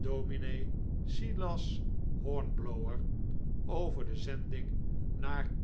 ds silas hornblower over de zending naar